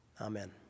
Amen